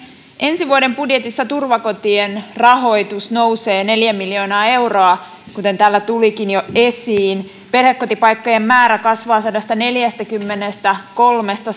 ensi vuoden budjetissa turvakotien rahoitus nousee neljä miljoonaa euroa kuten täällä tulikin jo esiin perhekotipaikkojen määrä kasvaa sadastaneljästäkymmenestäkolmesta